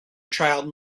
child